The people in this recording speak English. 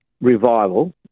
revival